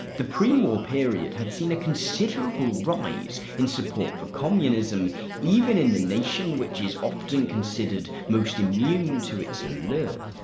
the pre-war period had seen a considerable rise in support for communism even in the nation which is often considered most immune to its allure.